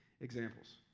Examples